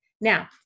now